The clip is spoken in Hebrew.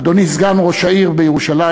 אדוני סגן ראש העיר בירושלים,